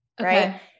Right